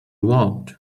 want